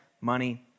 money